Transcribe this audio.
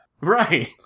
right